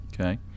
Okay